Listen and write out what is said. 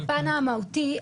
בפן המהותי,